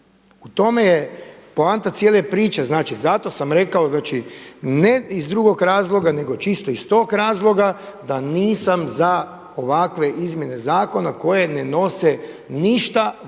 U tome je poanta cijele priče. Znači zato sam rekao, znači ne iz drugog razloga nego čisto iz tog razloga da nisam za ovakve izmjene zakona koje ne nose ništa